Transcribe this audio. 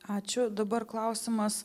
ačiū dabar klausimas